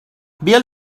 bill